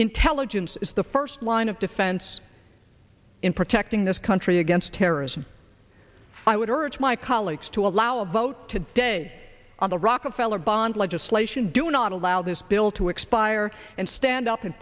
intelligence is the first line of defense in protecting this country against terrorism i would urge my colleagues to allow a vote today on the rockefeller bond legislation do not allow this bill to expire and stand up and